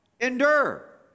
Endure